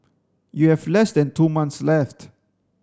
you have less than two months left